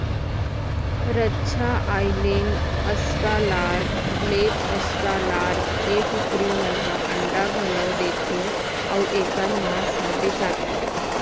रद्दा Island, Australorp, black Australorp ए कुकरी मन ह अंडा घलौ देथे अउ एकर मांस ह बेचाथे